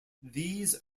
these